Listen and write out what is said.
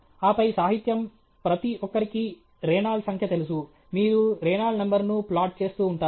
ఆపై సాహిత్యం ప్రతి ఒక్కరికి రేనాల్డ్ సంఖ్య తెలుసు మీరు రేనాల్డ్ నంబర్ను ప్లాట్ చేస్తూ ఉంటారు